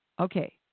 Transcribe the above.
Okay